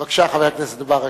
בבקשה, חבר הכנסת ברכה.